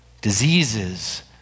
diseases